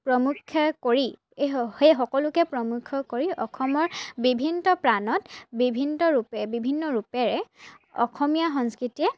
প্ৰমুখ্যে কৰি এই সেই সকলোকে প্ৰমুখ্য কৰি অসমৰ বিভিন্ত প্ৰাণত বিভিন্ত ৰূপে বিভিন্ন ৰূপেৰে অসমীয়া সংস্কৃতিয়ে